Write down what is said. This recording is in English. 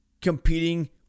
competing